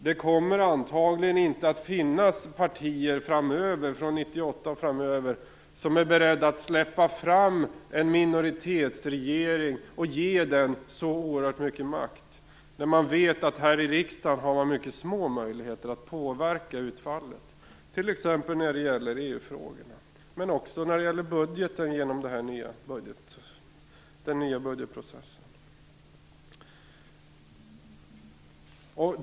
Det kommer antagligen inte att finnas partier framöver - från 98 och framöver - som är beredda att släppa fram en minoritetsregering och ge den så oerhört mycket makt, när man vet att man har mycket små möjligheter att påverka utfallet här i riksdagen t.ex. när det gäller EU-frågorna, men också när det gäller budgeten i den nya budgetprocessen.